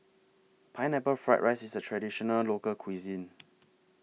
Pineapple Fried Rice IS A Traditional Local Cuisine